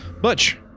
Butch